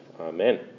Amen